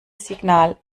signal